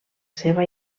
seva